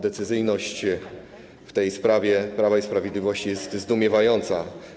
Decyzyjność w tej sprawie Prawa i Sprawiedliwości jest zdumiewająca.